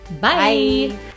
Bye